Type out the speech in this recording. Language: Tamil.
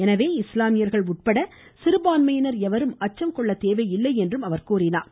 எனவே இஸ்லாமியர்கள் உட்பட சிறுபான்மையினர் எவரும் அச்சம் கொள்ள தேவையில்லை என்றும் கூறினார்